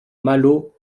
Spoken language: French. malo